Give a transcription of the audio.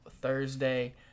Thursday